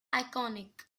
iconic